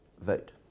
vote